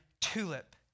TULIP